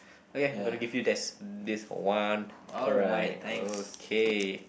okay I'm gonna give you there's this one point okay